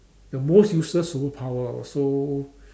the most useless superpower also